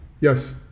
Yes